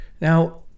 Now